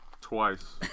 twice